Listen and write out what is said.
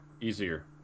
easier